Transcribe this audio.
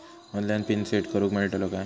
Online PIN set करूक मेलतलो काय?